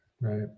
Right